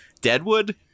Deadwood